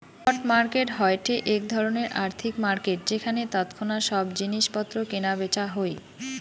spot market হয়ঠে এক ধরণের আর্থিক মার্কেট যেখানে তৎক্ষণাৎ সব জিনিস পত্র কেনা বেচা হই